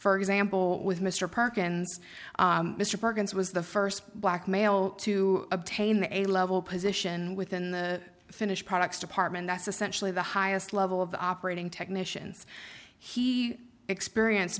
for example with mr perkins mr perkins was the st black male to obtain a level position within the finished products department that's essentially the highest level of operating technicians he experience